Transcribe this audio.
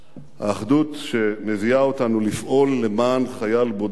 האחדות שמביאה אותנו לפעול למען חייל בודד אחד